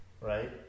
right